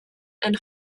and